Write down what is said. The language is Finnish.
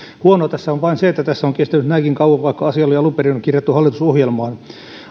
huonoa on vain se että tässä on kestänyt näinkin kauan vaikka asia oli alun perin kirjattu hallitusohjelmaan